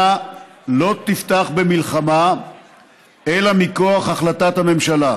לא תפתח במלחמה אלא מכוח החלטת הממשלה"